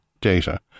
data